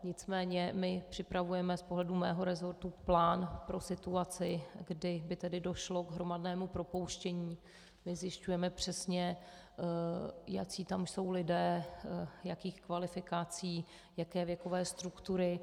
Nicméně my připravujeme z pohledu mého resortu plán pro situaci, kdy by tedy došlo k hromadnému propouštění, zjišťujeme přesně, jací tam jsou lidé, jakých kvalifikací, jaké věkové struktury.